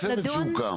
לא הצוות שהוקם.